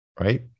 right